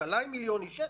אבטלה של מיליון איש.